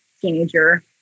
teenager